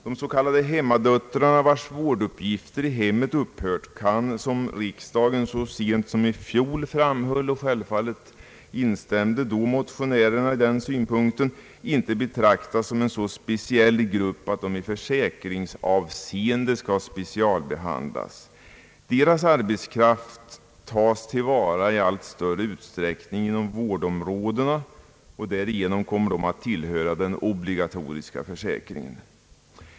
De s.k. hemmadöttrarna, vilkas vårduppgifter i hemmet har upphört, kan som riksdagen så sent som i fjol framhöll — och självfallet instämde motionärerna i den synpunkten — inte betraktas som en så speciell grupp att de i försäkringsavseende skall specialbehandlas. Deras arbetskraft tas till vara i allt större utsträckning inom vårdområdena och därigenom kommer de att tillhöra den obligatoriska försäkringen.